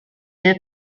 that